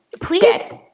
Please